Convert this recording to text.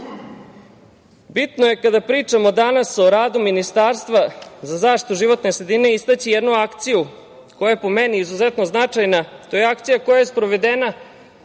je kada pričamo danas o radu Ministarstva za zaštitu životne sredine istaći jednu akciju koja je po meni izuzetno značajna, to je akcija koja je sprovedena